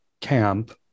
camp